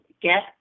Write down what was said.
get